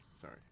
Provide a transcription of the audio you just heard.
Sorry